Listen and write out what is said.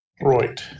Right